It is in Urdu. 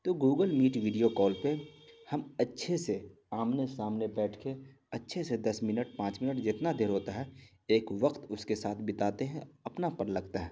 تو گوگل میٹ ویڈیو کال پہ ہم اچھے سے آمنے سامنے بیٹھ کے اچھے سے دس منٹ پانچ منٹ جتنا دیر ہوتا ہے ایک وقت اس کے ساتھ بتاتے ہیں اپنا پن لگتا ہے